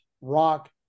Rock